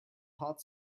hot